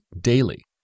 daily